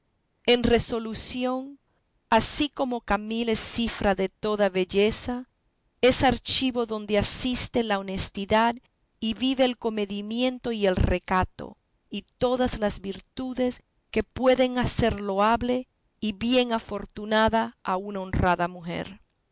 en resolución así como camila es cifra de toda belleza es archivo donde asiste la honestidad y vive el comedimiento y el recato y todas las virtudes que pueden hacer loable y bien afortunada a una honrada mujer